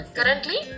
Currently